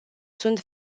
sunt